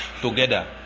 together